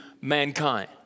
mankind